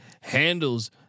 handles